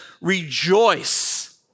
rejoice